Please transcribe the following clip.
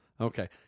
Okay